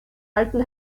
alten